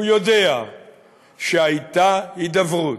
הוא יודע שהייתה הידברות.